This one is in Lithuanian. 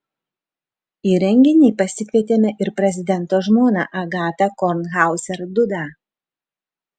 į renginį pasikvietėme ir prezidento žmoną agatą kornhauzer dudą